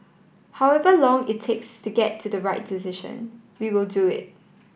however long it takes to get to the right decision we will do it